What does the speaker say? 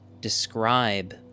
describe